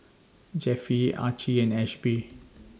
Jeffie Archie and Ashby